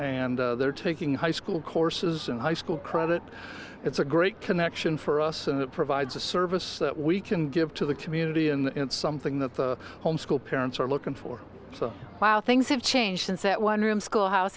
and they're taking high school courses and high school credit it's a great connection for us and it provides a service that we can give to the community and something that the home school parents are looking for so while things have changed since that one room schoolhouse